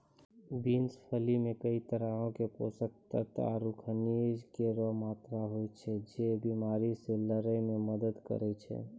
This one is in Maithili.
बिन्स फली मे कई तरहो क पोषक तत्व आरु खनिज केरो मात्रा होय छै, जे बीमारी से लड़ै म मदद करै छै